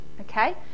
okay